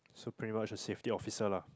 so pretty much the safety officer lah